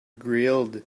grilled